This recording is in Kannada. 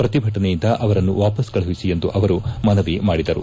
ಪ್ರತಿಭಟನೆಯಿಂದ ಅವರನ್ನು ವಾಪಸ್ ಕಳುಹಿಸಿ ಎಂದು ಅವರು ಮನವಿ ಮಾಡಿದರು